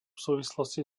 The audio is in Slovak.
súvislosti